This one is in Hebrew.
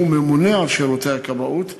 שהוא הממונה על שירותי הכבאות,